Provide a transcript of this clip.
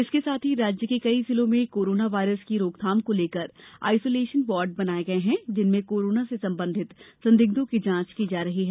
इसके साथ ही राज्य के कई जिलों में कोरोना वायरस की रोकथाम को लेकर आइसोलेशन वार्ड बनाए गए हैं जिनमें कोरोना से संबंधित संदिग्धों की जांच की जा रही है